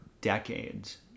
decades